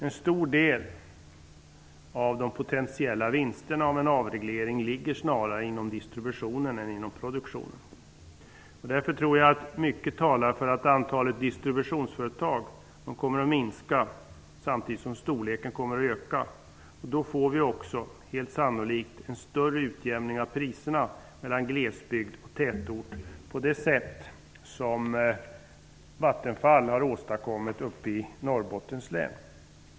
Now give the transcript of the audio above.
En stor del av de potientiella vinsterna vid en avreglering finns snarare inom distributionen än inom produktionen. Därför tror jag att mycket talar för att antalet distributionsföretag kommer att minska, samtidigt som företagen blir större. Då får vi också sannolikt en större utjämning av priserna mellan glesbygd och tätort -- på det sätt som Vattenfall har åstadkommit i Norrbottens län.